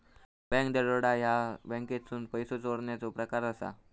bank दरोडा ह्या बँकेतसून पैसो चोरण्याचो प्रकार असा